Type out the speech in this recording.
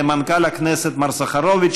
למנכ"ל הכנסת מר סחרוביץ,